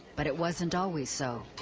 but it wasn't always so.